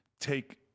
take